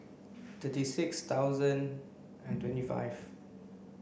thirty six thousand and twenty five